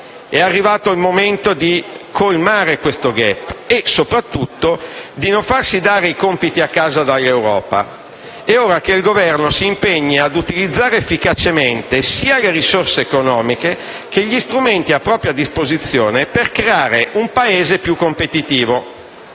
È arrivato il momento di colmare questo *gap* e soprattutto di non farsi dare i compiti a casa dall'Europa. È ora che il Governo si impegni ad utilizzare efficacemente sia le risorse economiche che gli strumenti a propria disposizione per creare un Paese più competitivo.